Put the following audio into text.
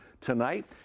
Tonight